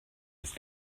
ist